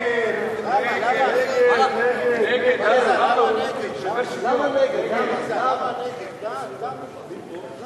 ההצעה להסיר מסדר-היום את הצעת חוק לתיקון פקודת